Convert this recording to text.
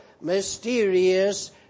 mysterious